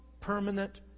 permanent